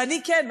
ואני כן,